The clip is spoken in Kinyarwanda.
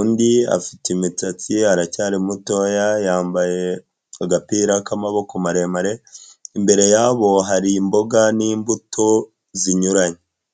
undi afite imisatsi, aracyari mutoya, yambaye agapira k'amaboko maremare, imbere yabo hari imboga n'imbuto zinyuranye.